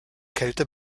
kälte